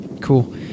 Cool